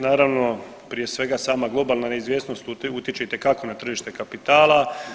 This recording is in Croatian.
Naravno prije svega sama globalna neizvjesnost utječe itekako na tržište kapitala.